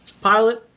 pilot